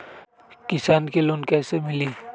किसान के लोन कैसे मिली?